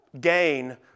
gain